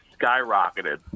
skyrocketed